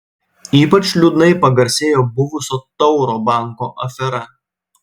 ypač liūdnai pagarsėjo buvusio tauro banko afera